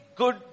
good